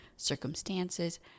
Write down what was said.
Circumstances